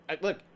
Look